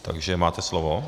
Takže máte slovo.